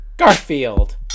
Garfield